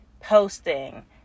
posting